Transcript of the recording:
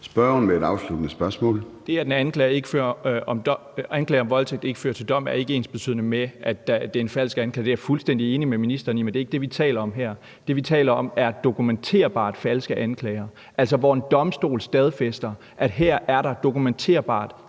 spørgsmål. Kl. 13:37 Mikkel Bjørn (DF): Det, at en anklage for voldtægt ikke fører til dom, er ikke ensbetydende med, at det er en falsk anklage. Det er jeg fuldstændig enig med ministeren i, men det er ikke det, vi taler om her. Det, vi taler om, er dokumenterbart falske anklager, altså tilfælde, hvor en domstol stadfæster, at her er der dokumenterbart